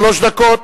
שלוש דקות.